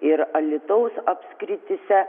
ir alytaus apskrityse